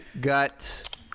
Gut